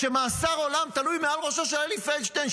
כשמאסר עולם תלוי מעל ראשו של אלי פלדשטיין,